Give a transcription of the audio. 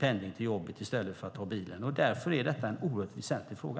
till jobbet i stället för att ta bilen. Därför är detta en oerhört viktig fråga.